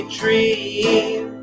dream